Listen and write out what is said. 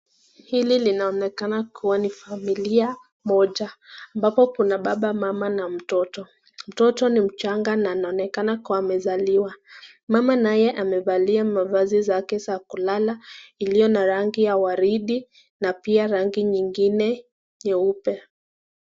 Hili linaonekana kuwa ni familia moja ambapo kuna baba ,mama na mtoto. Mtoto ni mchanga na anaonekana kuwa amezaliwa. Mama naye amevalia mavazi zake za kulala iliyo na rangi ya waridi na pia rangi nyingine nyeupe.